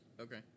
Okay